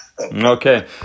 Okay